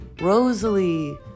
Rosalie